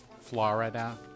Florida